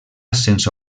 sense